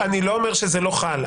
אני לא אומר שזה לא חל,